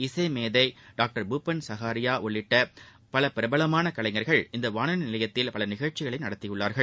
இசைமேதை doctor Bhupen Hazarika உள்ளிட்ட பல பிரபலமாள கலைஞர்கள் இந்த வானொலி நிலையத்தில் பல நிகழ்ச்சிகளை நடத்தியுள்ளார்கள்